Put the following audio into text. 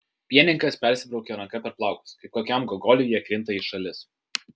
pienininkas persibraukia ranka per plaukus kaip kokiam gogoliui jie krinta į šalis